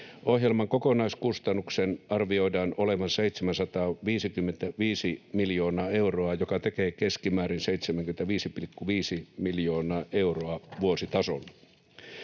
Ohjelman kokonaiskustannuksen arvioidaan olevan 755 miljoonaa euroa, joka tekee keskimäärin 75,5 miljoonaa euroa vuositasolla.